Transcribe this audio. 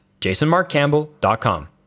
jasonmarkcampbell.com